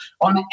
on